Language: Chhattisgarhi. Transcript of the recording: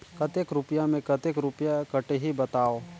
कतेक रुपिया मे कतेक रुपिया कटही बताव?